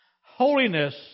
holiness